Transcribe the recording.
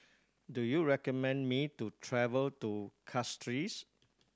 do you recommend me to travel to Castries